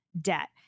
debt